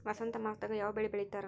ವಸಂತ ಮಾಸದಾಗ್ ಯಾವ ಬೆಳಿ ಬೆಳಿತಾರ?